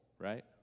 right